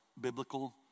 biblical